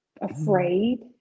afraid